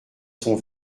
son